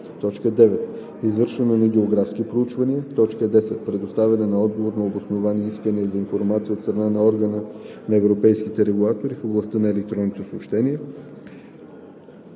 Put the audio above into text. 181б; 9. извършване на географски проучвания; 10. предоставяне на отговор на обосновани искания за информация от страна на Органа на европейските регулатори в областта на електронните съобщения.“